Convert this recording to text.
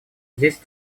есть